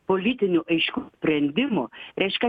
politinių aiškių sprendimų reiškia